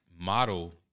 model